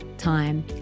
time